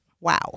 Wow